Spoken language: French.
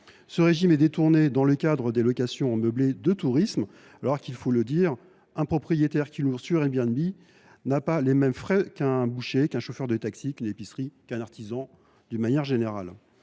Mais il est détourné dans le cadre des locations en meublés de tourisme, alors qu’un propriétaire qui loue sur Airbnb n’a pas les mêmes frais qu’un boucher, qu’un chauffeur de taxi, qu’un épicier, qu’un artisan d’une manière générale.